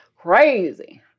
crazy